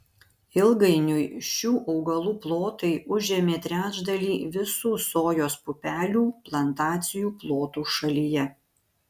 ilgainiui šių augalų plotai užėmė trečdalį visų sojos pupelių plantacijų plotų šalyje